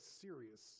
serious